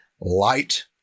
light